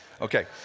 Okay